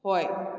ꯍꯣꯏ